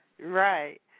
Right